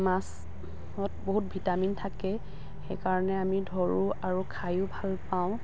মাছত বহুত ভিটামিন থাকে সেইকাৰণে আমি ধৰোঁ আৰু খায়ো ভাল পাওঁ